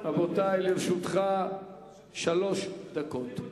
לרשותך שלוש דקות.